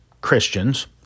Christians